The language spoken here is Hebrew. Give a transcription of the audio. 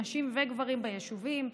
נשים וגברים ביישובים,